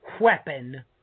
weapon